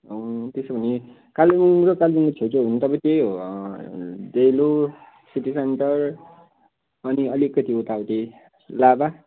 त्यसो भने कालिम्पोङ र कालिम्पोङको छेउछाउ हो भने त अब त्यही हो डेलो सिटी सेन्टर अनि अलिकति उतापट्टि लाभा